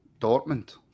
Dortmund